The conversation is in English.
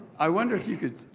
i wonder if you could,